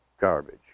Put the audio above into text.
garbage